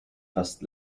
fast